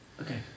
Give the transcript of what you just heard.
Okay